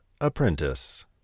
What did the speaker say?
Apprentice